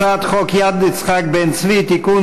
הצעת חוק יד יצחק בן-צבי (תיקון,